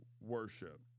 worship